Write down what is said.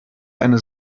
eine